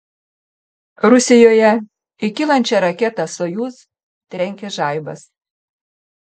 rusijoje į kylančią raketą sojuz trenkė žaibas